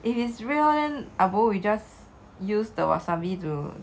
if is real arbo we just use the wasabi to